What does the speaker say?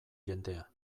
jendea